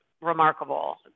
remarkable